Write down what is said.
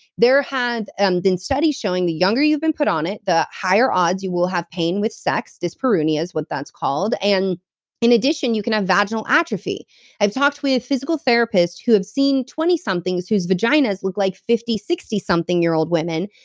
there have and been studies showing, the younger you've been put on it the higher odds you will have pain with sex, dyspareunia is what that's called and in addition, you can have vaginal atrophy i've talked with physical therapists who have seen twenty somethings whose vaginas look like fifty, sixty something year old women,